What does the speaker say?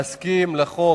להסכים לחוק,